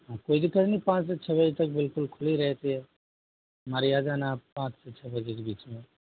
हाँ कोई दिक्कत नहीं पाँच से छः बजे तक बिलकुल खुली रहती है हमारे यहाँ आ जाना पाँच से छः के बीच में